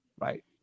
Right